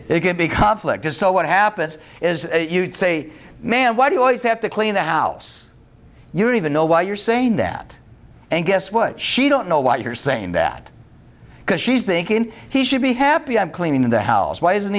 it can be a conflict just so what happens is you say man why do you always have to clean the house you don't even know why you're saying that and guess what she don't know why you're saying that because she's thinking he should be happy i'm cleaning the house why isn't